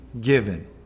given